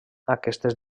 aquestes